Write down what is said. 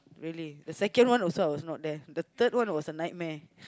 really the second one also I was not there the third one was a nightmare